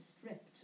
stripped